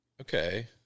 okay